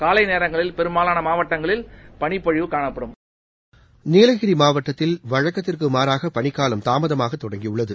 காலை நேரங்களில் பெரும்பாலான மாவட்டங்களில் பனிப்பொழிவு காணப்படும் நீலகிரி மாவட்டத்தில் வழக்கத்திற்கு மாறாக பனிக்காலம் தாமதமாக தொடங்கியுள்ளது